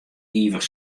ivich